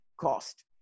cost